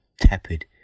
tepid